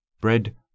bread